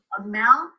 amount